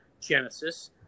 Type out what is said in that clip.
Genesis